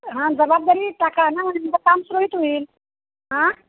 हां जबाबदारी टाका ना म्हणजे काम सुरळीत होईल आ